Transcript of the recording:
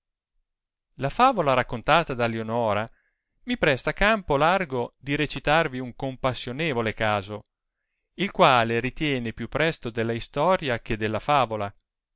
la favola raccontata da lionora mi presta campo largo di recitarvi un compassionevole caso il quale ritiene più presto della istoria che della favola